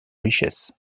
richesse